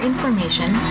information